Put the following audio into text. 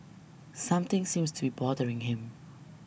something seems to be bothering him